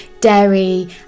dairy